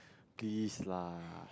please lah